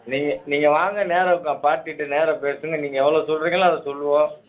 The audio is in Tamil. நீங்கள் நீங்கள் வாங்க நேராக உங்கள் பார்ட்டிகிட்ட நேராக பேசுங்கள் நீங்கள் எவ்வளோ சொல்கிறிங்களோ அதை சொல்லுவோம்